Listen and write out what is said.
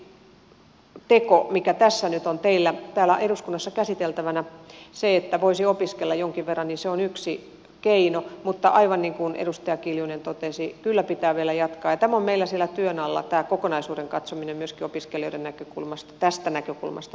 tämä yksi teko mikä tässä nyt on teillä täällä eduskunnassa käsiteltävänä se että voisi opiskella jonkin verran on yksi keino mutta aivan niin kuin edustaja kiljunen totesi kyllä pitää vielä jatkaa ja tämä on meillä siellä työn alla tämä kokonaisuuden katsominen myöskin opiskelijoiden näkökulmasta tästä näkökulmasta